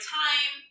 time